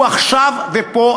הוא עכשיו ופה,